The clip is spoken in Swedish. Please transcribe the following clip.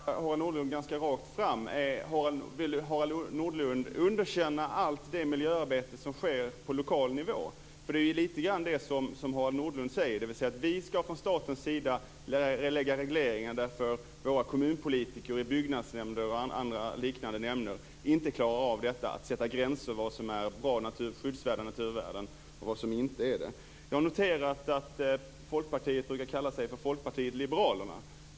Fru talman! Då vill jag ganska rakt fråga Harald Nordlund: Vill Harald Nordlund underkänna allt det miljöarbete som sker på lokal nivå? Det är lite grann det som han säger, dvs. att vi ska från statens sida lägga regleringar därför att våra kommunpolitiker i byggnadsnämnder och liknande nämnder inte klarar att sätta gränser för vad som är bra och skyddsvärda naturvärden och vad som inte är det. Jag har noterat att Folkpartiet brukar kalla sig Folkpartiet liberalerna.